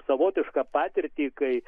savotišką patirtį kai